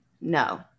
No